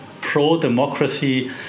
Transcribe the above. pro-democracy